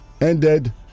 ended